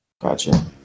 Gotcha